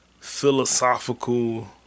philosophical